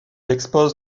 expose